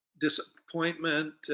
disappointment